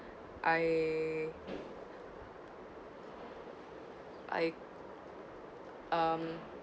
I I um